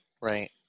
Right